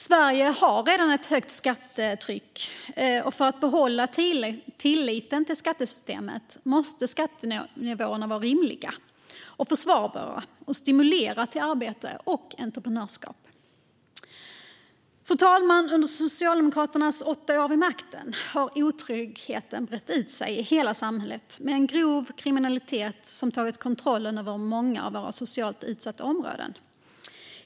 Sverige har redan ett högt skattetryck, och för att behålla tilliten till skattesystemet måste skattenivåerna vara rimliga och försvarbara och stimulera till arbete och entreprenörskap. Fru talman! Under Socialdemokraternas åtta år vid makten har otryggheten brett ut sig i hela samhället med grov kriminalitet som tagit kontrollen över många av de socialt utsatta områdena.